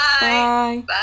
Bye